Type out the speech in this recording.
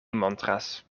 montras